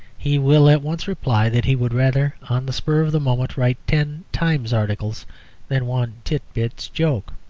he will at once reply that he would rather on the spur of the moment write ten times articles than one tit-bits joke.